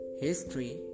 history